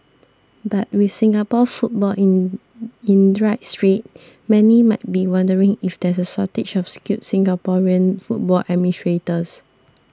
but with Singapore football in in dire straits many might be wondering if there's a shortage of skilled Singaporean football administrators